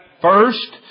first